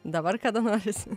dabar kada norisi